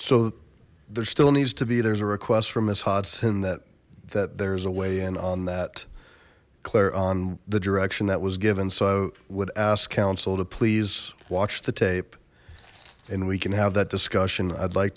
so there still needs to be there's a request from his hots in that that there's a weigh in on that claire on the direction that was given so i would ask council to please watch the tape and we can have that discussion i'd like